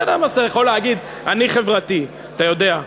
אדם יכול להגיד: אני חברתי, אתה יודע.